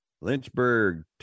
lynchburg